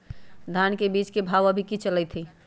धान के बीज के भाव अभी की चलतई हई?